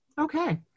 Okay